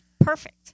Perfect